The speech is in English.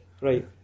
Right